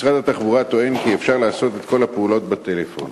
משרד התחבורה טוען כי אפשר לעשות את כל הפעולות בטלפון.